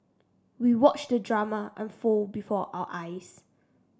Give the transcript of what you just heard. we watched the drama unfold before our eyes